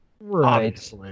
Right